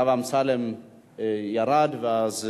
הרב אמסלם ירד, ואז